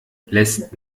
lässt